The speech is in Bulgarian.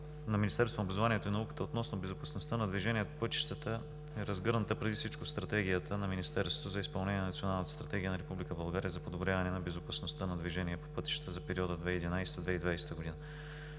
на Министерството на образованието и науката относно безопасността на движение по пътищата е разгърната преди всичко в Стратегията на Министерството за изпълнение на Националната Стратегия на Република България за подобряване на безопасността на движение по пътищата за периода 2011 – 2020 г.